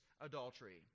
adultery